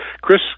Chris